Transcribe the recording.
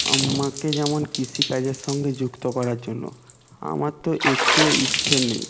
আমাকে যেমন কৃষিকাজের সঙ্গে যুক্ত করার জন্য আমার তো একটুও ইচ্ছে নেই